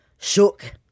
shook